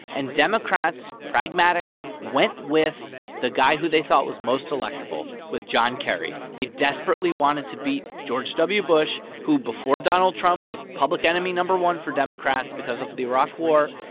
and democrats, pragmatic, went with the guy who they thought was most electable with john kerry. they desperately wanted to beat george w. bush, who, before donald trump, was public enemy number one for democrats because of the iraq war.